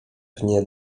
pnie